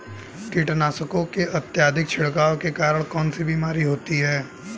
कीटनाशकों के अत्यधिक छिड़काव के कारण कौन सी बीमारी होती है?